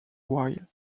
while